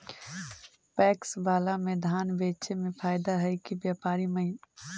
PACS बाला में धान बेचे मे फायदा है कि व्यापारी महिना?